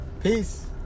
Peace